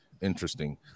Interesting